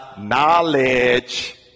knowledge